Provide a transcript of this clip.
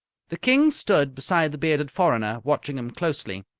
the king stood beside the bearded foreigner, watching him closely.